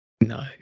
No